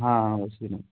हाँ हाँ उसी में